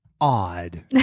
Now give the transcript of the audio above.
odd